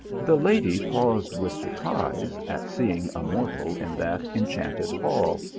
the lady paused with surprise, at seeing a mortal in that enchanted hall.